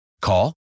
Call